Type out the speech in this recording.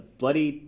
bloody